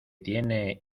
tiene